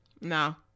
No